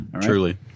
Truly